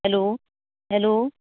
hello hello